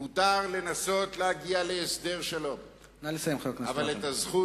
מותר לנסות להגיע להסדר שלום, אבל על הזכות